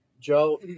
joe